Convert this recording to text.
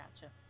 Gotcha